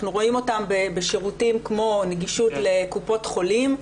אנחנו רואים אותם בשירותים כמו נגישות לקופות חולים,